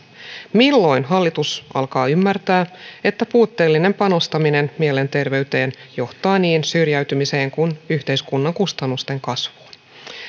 milloin hallitus alkaa ymmärtää että puutteellinen panostaminen mielenterveyteen johtaa niin syrjäytymiseen kuin yhteiskunnan kustannusten kasvuunkin